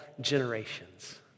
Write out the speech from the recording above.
generations